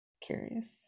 curious